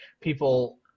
people